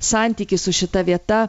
santykį su šita vieta